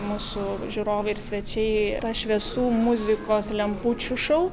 mūsų žiūrovai ir svečiai tą šviesų muzikos lempučių šou